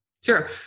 Sure